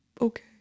okay